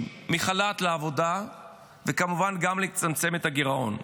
מחל"ת לעבודה וכמובן גם לצמצם את הגירעון.